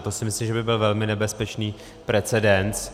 To si myslím, že by byl velmi nebezpečný precedens.